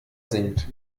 singt